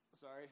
Sorry